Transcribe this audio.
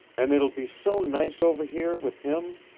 an' it'll be so nice over here with him.